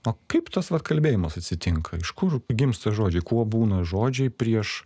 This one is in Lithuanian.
o kaip tas kalbėjimas atsitinka iš kur gimsta žodžiai kuo būna žodžiai prieš